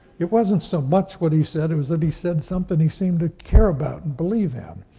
it wasn't so much what he said, it was that he said something he seemed to care about and believe in,